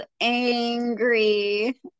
angry